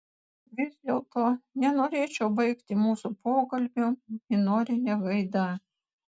vis dėlto nenorėčiau baigti mūsų pokalbio minorine gaida